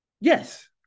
yes